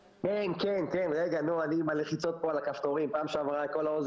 שזה מנגנון מהיר יחסית לחיצת כפתור ותחשיב פשוט להעביר